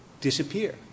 disappear